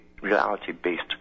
reality-based